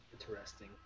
Interesting